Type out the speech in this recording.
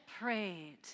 prayed